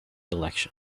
election